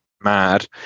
mad